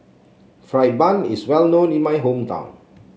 fry bun is well known in my hometown